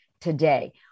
today